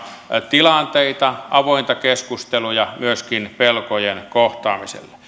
tilanteita avointa keskustelua myöskin pelkojen kohtaamiselle